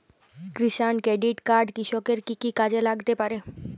কিষান credit card কৃষকের কি কি কাজে লাগতে পারে?